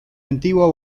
antiguo